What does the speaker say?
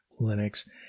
linux